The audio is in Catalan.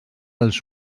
els